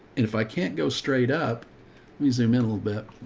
if i can't go straight up zoom in a little bit,